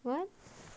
what